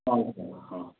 ହଉ ହଉ ହ